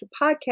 podcast